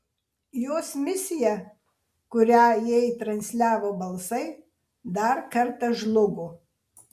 jos misija kurią jai transliavo balsai dar kartą žlugo